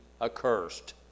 accursed